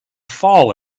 fall